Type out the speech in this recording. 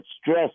stress